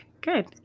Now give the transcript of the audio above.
Good